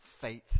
faith